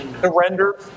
Surrender